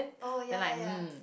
oh ya ya ya